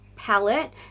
palette